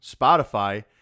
Spotify